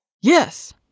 Yes